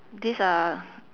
these are